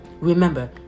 Remember